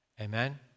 Amen